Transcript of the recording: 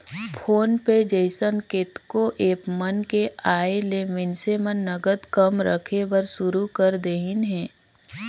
phone पे जइसन केतनो app मन के आयले मइनसे मन नगद कम रखे बर सुरू कर देहिन हे